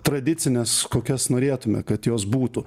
tradicinės kokias norėtume kad jos būtų